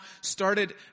started